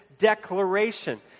declaration